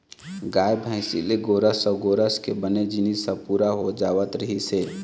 गाय, भइसी ले गोरस अउ गोरस के बने जिनिस ह पूरा हो जावत रहिस हे